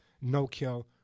no-kill